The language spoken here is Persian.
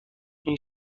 این